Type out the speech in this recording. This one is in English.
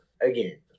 again